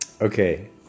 Okay